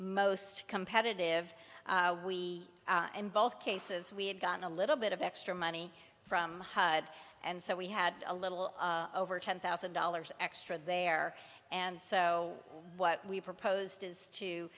most competitive we both cases we had gotten a little bit of extra money from hud and so we had a little over ten thousand dollars extra there and so what we proposed is to